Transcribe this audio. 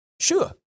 sure